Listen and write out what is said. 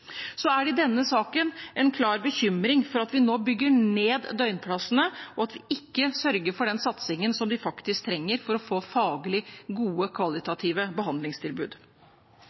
Så er det i denne saken en klar bekymring for at vi nå bygger ned døgnplassene, og at vi ikke sørger for den satsingen som de faktisk trenger for å få faglig gode, kvalitative behandlingstilbud.